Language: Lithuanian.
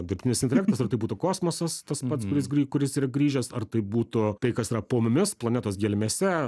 dirbtinis intelektas ar tai būtų kosmosas tas pats kuris grį kuris yra grįžęs ar tai būtų tai kas yra po mumis planetos gelmėse